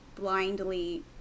blindly